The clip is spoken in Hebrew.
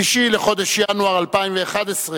תשע"א, 3 בחודש ינואר 2011,